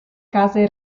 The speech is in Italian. case